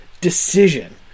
decision